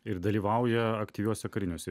ir dalyvauja aktyviuose kariniuose